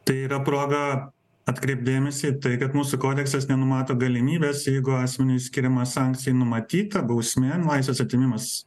tai yra proga atkreipt dėmesį į tai kad mūsų kodeksas nenumato galimybės jeigu asmeniui skiriama sankcijoj numatyta bausmė nu laisvės atėmimas